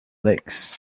lakes